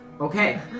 Okay